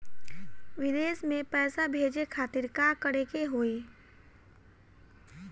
विदेश मे पैसा भेजे खातिर का करे के होयी?